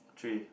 three